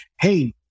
Hey